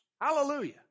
Hallelujah